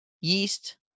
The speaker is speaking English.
yeast